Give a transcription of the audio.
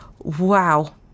Wow